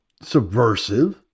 subversive